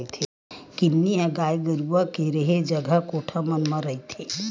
किन्नी ह गाय गरुवा के रेहे जगा कोठा मन म रहिथे